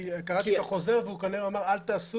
כי קראתי את החוזר והוא אומר: אל תעשו